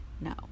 No